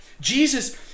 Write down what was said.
Jesus